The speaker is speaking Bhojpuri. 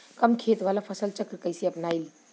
कम खेत वाला फसल चक्र कइसे अपनाइल?